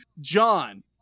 John